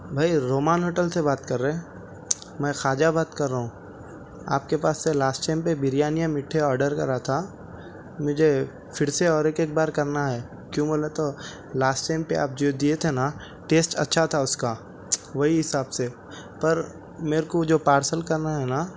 بھائی رومان ہوٹل سے بات کر رہے ہیں میں خواجہ بات کر رہا ہوں آپ کے پاس سے لاسٹ ٹائم پہ بریانی اور مٹھے آرڈر کرا تھا مجھے پھر سے اور ایک ایک بار کرنا ہے کیوں بولے تو لاسٹ ٹائم پہ آپ جو دیے تھے نا ٹیسٹ اچھا تھا اس کا وہی حساب سے پر میرے کو جو پارسل کرنا ہے نا